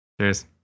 Cheers